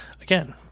again